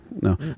No